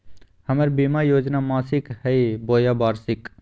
हमर बीमा योजना मासिक हई बोया वार्षिक?